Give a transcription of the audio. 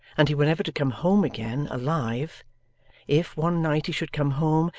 and he were never to come home again, alive if, one night, he should come home,